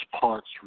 parts